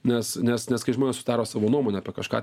nes nes nes kai žmonės sudaro savo nuomonę apie kažką